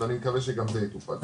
ואני מקווה שגם זה יטופל.